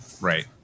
Right